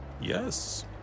Yes